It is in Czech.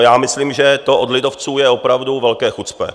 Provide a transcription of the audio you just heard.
Já myslím, že to od lidovců je opravdu velké chucpe.